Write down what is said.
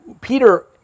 Peter